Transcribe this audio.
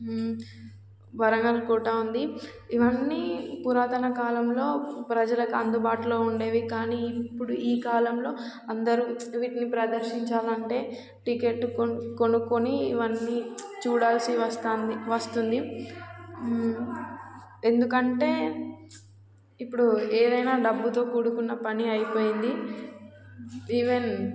వరంగల్ కోట ఉంది ఇవన్నీ పురాతన కాలంలో ప్రజలకు అందుబాటులో ఉండేవి కానీ ఇప్పుడు ఈ కాలంలో అందరూ వీటిని ప్రదర్శించాలంటే టిక్కెట్ కొనుక్కొని ఇవన్నీ చూడాల్సి వస్తుంది వస్తుంది ఎందుకంటే ఇప్పుడు ఏదైనా డబ్బుతో కూడుకున్న పని అయిపోయింది ఈవెన్